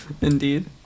indeed